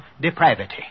depravity